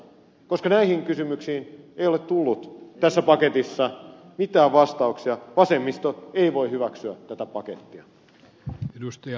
koska näihin kysymyksiin ei ole tullut tässä paketissa mitään vastauksia vasemmisto ei voi hyväksyä tätä pakettia